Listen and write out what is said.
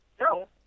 No